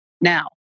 Now